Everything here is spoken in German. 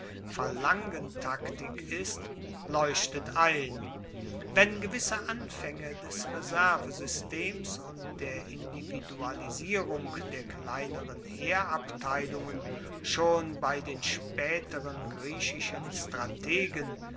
phalangentaktik ist leuchtet ein wenn gewisse anfaenge des reservesystems und der individualisierung der kleineren heerabteilungen schon bei den spaeteren griechischen strategen